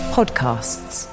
Podcasts